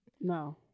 no